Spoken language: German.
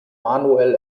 manuel